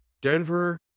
Denver